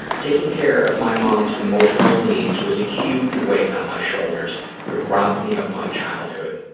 taking care of my mom's emotional needs was a huge weight on my shoulders that robbed me of my childhood.